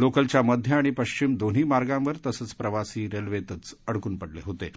लोकलच्या मध्य आणि पश्चिम दोन्ही मार्गावर अनेक प्रवासी रेल्वेतच अडकून पडले होते